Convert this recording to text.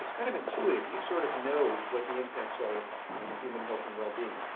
it's kind of intuitive. you sort of know what the impacts are on human health and well being.